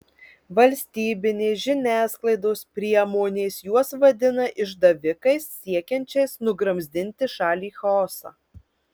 valstybinės žiniasklaidos priemonės juos vadina išdavikais siekiančiais nugramzdinti šalį į chaosą